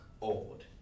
old